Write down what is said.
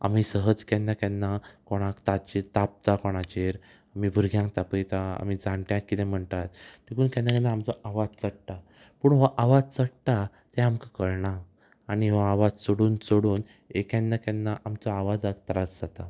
आमी सहज केन्ना केन्ना कोणाक ताजेर तापता कोणाचेर आमी भुरग्यांक तापयता आमी जाणट्याक कितें म्हणटात देखून केन्ना केन्ना आमचो आवाज चडटा पूण हो आवाज चडटा तें आमकां कळना आनी हो आवाज चोडून चोडून केन्ना केन्ना आमचो आवाजाक त्रास जाता